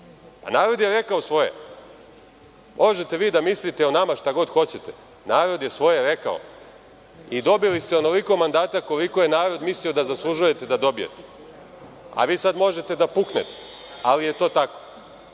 narod je rekao svoje. Možete vi da mislite o nama šta god hoćete, narod je svoje rekao i dobili ste onoliko mandata koliko je narod mislio da zaslužujete da dobijete, a vi sad možete da puknete, ali je to